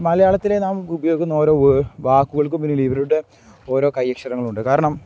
മലയാളത്തിലെ നാം ഉപയോഗിക്കുന്ന ഓരോ വാക്കുകൾക്കും പിന്നിലെ ഇവരുടെ ഓരോ കൈ അക്ഷരങ്ങൾ ഉണ്ട് കാരണം